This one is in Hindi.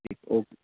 ठीक ओके